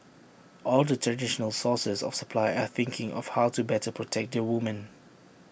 all the traditional sources of supply are thinking of how to better protect their women